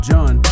John